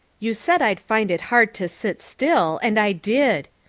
you said i'd find it hard to sit still and i did.